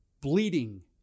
bleeding